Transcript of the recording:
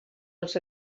els